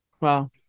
Wow